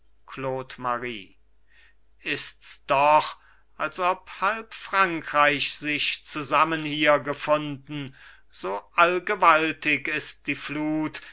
claude marie ists doch als ob halb frankreich sich zusammen hier gefunden so allgewaltig ist die flut